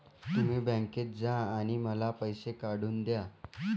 तुम्ही बँकेत जा आणि मला पैसे काढून दया